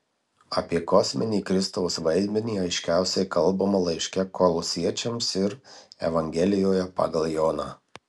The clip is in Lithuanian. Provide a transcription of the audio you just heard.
apie kosminį kristaus vaidmenį aiškiausiai kalbama laiške kolosiečiams ir evangelijoje pagal joną